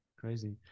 Crazy